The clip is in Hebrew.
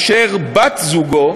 אשר בת-זוגו